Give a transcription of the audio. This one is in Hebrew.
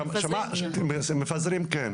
מפזרים, כן.